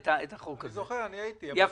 אני זוכר, הייתי.